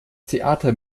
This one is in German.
theater